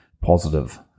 positive